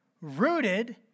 rooted